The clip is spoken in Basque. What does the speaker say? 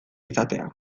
izatea